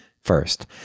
first